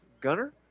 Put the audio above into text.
Gunner